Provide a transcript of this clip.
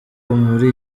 muri